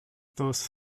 those